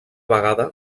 vegada